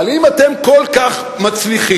אבל אם אתם כל כך מצליחים,